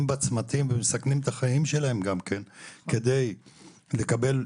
בצמתים ומסכנים את החיים שלהם כדי לקבל,